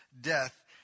death